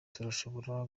turashobora